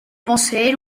poseer